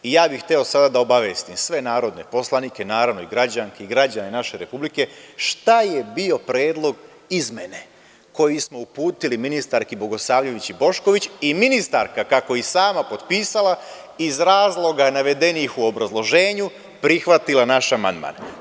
Ja bih hteo sada da obavestim sve narodne poslanike, naravno i građanke i građane naše Republike, šta je bio predlog izmene koju smo uputili ministarki Bogosavljević Bošković i ministarka je, kako je i sama potpisala, iz razloga navedenih u obrazloženju, prihvatila naš amandman.